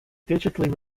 digitally